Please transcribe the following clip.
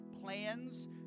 plans